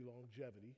longevity